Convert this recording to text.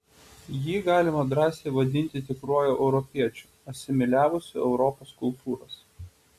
jį galima drąsiai vadinti tikruoju europiečiu asimiliavusiu europos kultūras